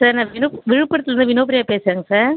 sir நான் விழுப்புரத்துலேருந்து வினுப்ரியா பேசுகிறேங்க சார்